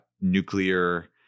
nuclear